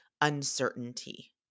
uncertainty